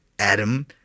Adam